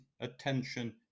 attention